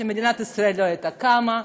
שמדינת ישראל לא הייתה קמה,